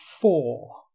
Four